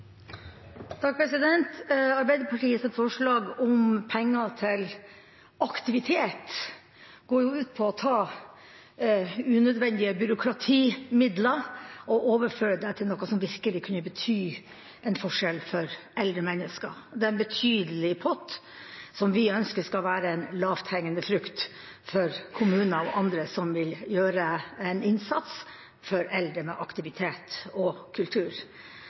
forslag om penger til aktivitet går ut på å ta unødvendige byråkratimidler og overføre dem til noe som virkelig kunne bety en forskjell for eldre mennesker. Det er en betydelig pott som vi ønsker skal være en lavthengende frukt for kommuner og andre som vil gjøre en innsats med aktivitet og kultur